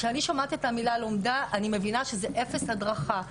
כשאני שומעת את המילה "לומדה" אני מבינה שזה אפס הדרכה.